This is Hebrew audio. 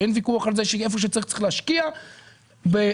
אין ויכוח על כך שצריך להשקיע איפה שצריך,